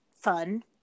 fun